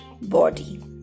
body